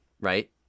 right